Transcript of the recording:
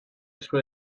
سوء